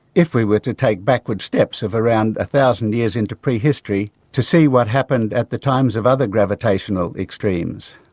if we were to take backward steps of around a thousand years into pre-history to see what happened at the times of other gravitational extremes.